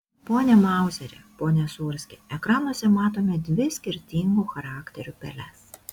pone mauzeri pone sūrski ekranuose matome dvi skirtingų charakterių peles